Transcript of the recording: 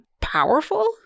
powerful